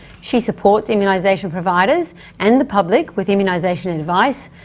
she supports immunisation providers and the public with immunisation advice,